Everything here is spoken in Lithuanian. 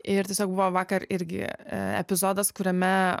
ir tiesiog buvo vakar irgi epizodas kuriame